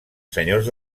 senyors